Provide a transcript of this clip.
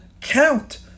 count